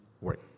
work